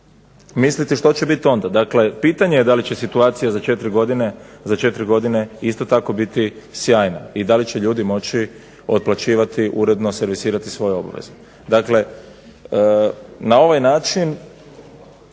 misliti što će biti onda. Dakle, pitanje je da li će situacija za 4 godine isto tako biti sjajna i da li će ljudi moći uredno otplaćivati i servisirati svoje obaveze. Dakle, na ovaj način